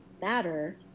matter